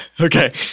Okay